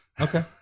Okay